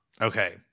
Okay